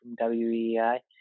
WEI